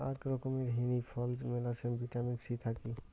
আক রকমের হিনি ফল মেলাছেন ভিটামিন সি থাকি